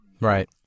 Right